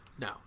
No